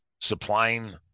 supplying